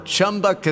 Chumba